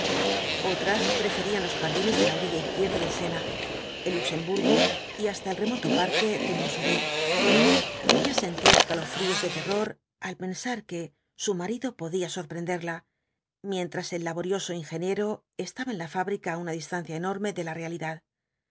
otras preferían los jardines de la orilla izquierda del sena el luxemburgo y hasta el remoto parque de montsouris ella sentía escalofríos de terror al pensar que su marido podía sorprenderla mientras el laborioso ingeniero estaba en la fábrica á una distancia enorme de la realidad